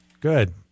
Good